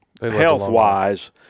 health-wise